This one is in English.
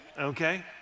okay